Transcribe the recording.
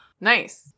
Nice